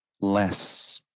less